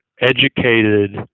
educated